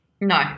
No